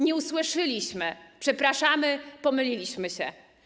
Nie usłyszeliśmy: przepraszamy, pomyliliśmy się.